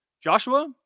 Joshua